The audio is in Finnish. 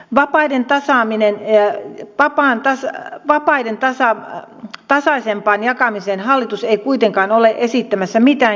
vapaiden tasaaminen ja pakkohan tässä vapaiden tasaisempaan jakamiseen hallitus ei kuitenkaan ole esittämässä mitään kehittämistoimenpiteitä